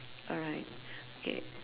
alright okay